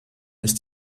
ist